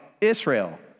Israel